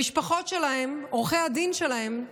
המשפחות שלהם, עורכי הדין שלהם,